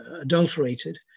adulterated